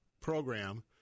program